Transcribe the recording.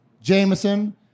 Jameson